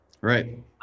Right